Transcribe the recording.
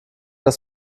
das